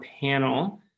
panel